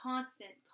Constant